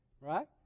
right